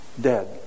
Dead